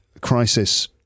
crisis